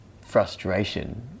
frustration